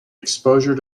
exposure